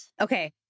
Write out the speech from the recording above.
Okay